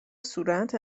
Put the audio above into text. صورت